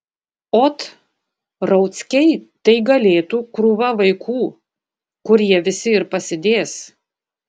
ot rauckiai tai galėtų krūva vaikų kur jie visi ir pasidės